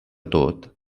tot